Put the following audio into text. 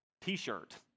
t-shirt